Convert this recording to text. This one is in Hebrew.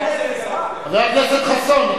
חבר הכנסת חסון,